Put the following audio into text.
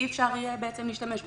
אי אפשר יהיה בעצם להשתמש בו.